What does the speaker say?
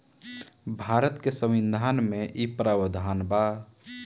भारत के संविधान में इ प्रावधान बा